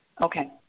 Okay